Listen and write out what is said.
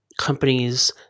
companies